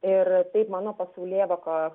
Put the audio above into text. ir taip mano pasaulėvoka